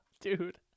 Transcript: Dude